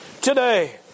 today